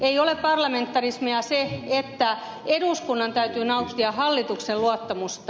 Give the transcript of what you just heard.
ei ole parlamentarismia se että eduskunnan täytyy nauttia hallituksen luottamusta